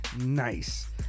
nice